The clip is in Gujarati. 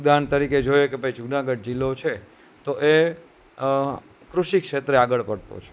ઉદાહરણ તરીકે જોઈએ તો ભાઈ જુનાગઢ જિલ્લો છે તો કૃષિ ક્ષેત્રે આગળ પડતો છે